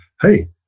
Hey